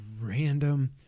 random